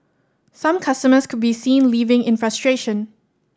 some customers could be seen leaving in frustration